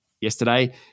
yesterday